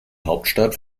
hauptstadt